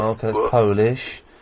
Polish